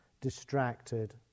distracted